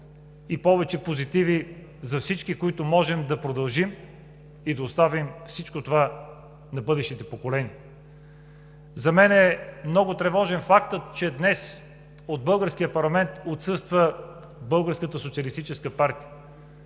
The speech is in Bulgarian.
и повече позитиви за всички, които можем да продължим и да оставим всичко това на бъдещите поколения. За мен е много тревожен фактът, че днес от българския парламент отсъства